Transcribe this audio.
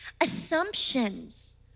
assumptions